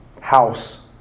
house